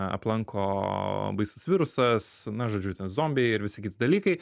aplanko baisus virusas na žodžiu ten zombiai ir visi kiti dalykai